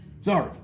Sorry